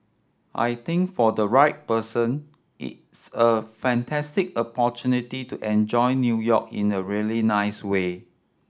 I think for the right person it's a fantastic opportunity to enjoy New York in a really nice way